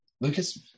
Lucas